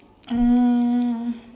um